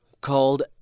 called